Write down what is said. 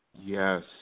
yes